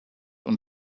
und